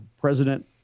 President